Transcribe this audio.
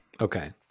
okay